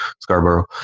Scarborough